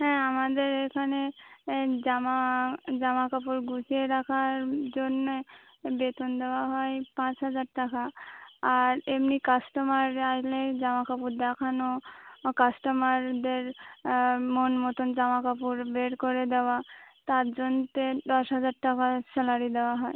হ্যাঁ আমাদের এখানে জামা জামাকাপড় গুছিয়ে রাখার জন্যে বেতন দেওয়া হয় পাঁচ হাজার টাকা আর এমনি কাস্টমার আসলে জামাকাপড় দেখানো ও কাস্টমারদের মন মতন জামাকাপড় বের করে দেওয়া তার জন্য দশ হাজার টাকা স্যালারি দেওয়া হয়